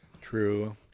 True